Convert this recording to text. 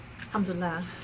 alhamdulillah